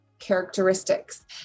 Characteristics